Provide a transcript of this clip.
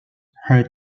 her